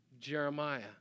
Jeremiah